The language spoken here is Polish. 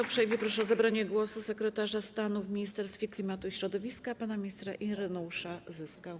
Uprzejmie proszę o zabranie głosu sekretarza stanu w Ministerstwie Klimatu i Środowiska pana ministra Ireneusza Zyskę.